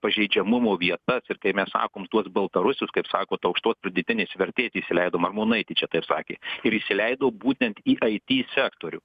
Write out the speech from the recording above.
pažeidžiamumo vietas ir kai mes sakom tuos baltarusius kaip sakot aukštos pridėtinės vertės įsileidom armonaitė čia taip sakė ir įsileido būtent į aity sektorių